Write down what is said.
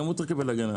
גם הוא צריך לקבל הגנה.